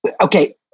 okay